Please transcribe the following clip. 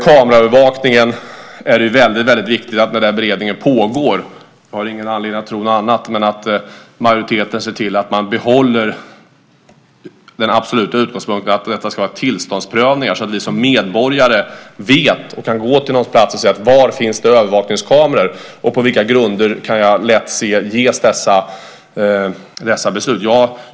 Beredningen av den mycket viktiga frågan om kameraövervakning pågår - jag har ingen anledning att tro något annat. Då måste majoriteten se till att ha kvar den absoluta utgångspunkten att övervakningen ska tillståndsprövas så att vi som medborgare vet om den. Vi ska kunna gå till en plats och se var det finns övervakningskameror samt på vilka grunder dessa beslut fattats.